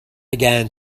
again